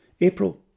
April